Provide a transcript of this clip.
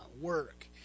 work